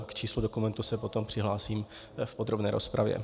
K číslu dokumentu se potom přihlásím v podrobné rozpravě.